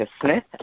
Smith